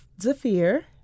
Zafir